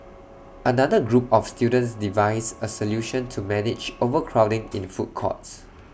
another group of students devised A solution to manage overcrowding in food courts